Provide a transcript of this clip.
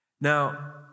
Now